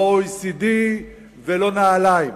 לא OECD ולא נעליים.